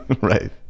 right